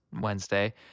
wednesday